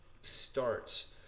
starts